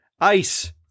ice